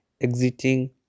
exiting